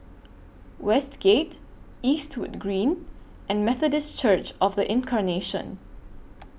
Westgate Eastwood Green and Methodist Church of The Incarnation